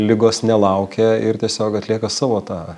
ligos nelaukia ir tiesiog atlieka savo tą